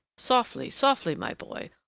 softly, softly, my boy,